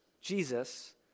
Jesus